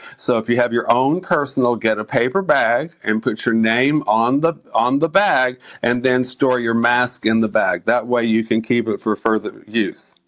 so if you have your own personal, get a paper bag and put your name on the on the bag and then store your mask in the bag. that way you can keep it for further use.